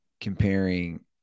comparing